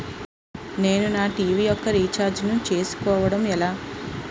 నేను నా టీ.వీ యెక్క రీఛార్జ్ ను చేసుకోవడం ఎలా?